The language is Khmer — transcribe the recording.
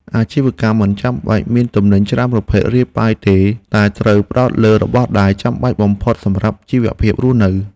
អាជីវកម្មមិនចាំបាច់មានទំនិញច្រើនប្រភេទរាយប៉ាយទេ តែត្រូវផ្ដោតលើរបស់ដែលចាំបាច់បំផុតសម្រាប់ជីវភាពរស់នៅ។